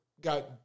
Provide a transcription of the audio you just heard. got